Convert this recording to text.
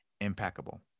impeccable